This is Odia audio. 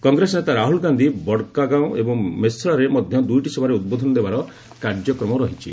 କଂଗ୍ରେସ ନେତା ରାହୁଳ ଗାନ୍ଧୀ ବଡକାଗାଓଁ ଏବଂ ମେସ୍ରାରେ ମଧ୍ୟ ଦୁଇଟି ସଭାରେ ଉଦ୍ବୋଧନ ଦେବାର କାର୍ଯ୍ୟକ୍ରମ ରହିଛି